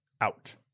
out